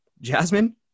Jasmine